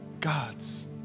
God's